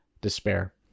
despair